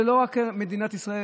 זה לא רק מדינת ישראל.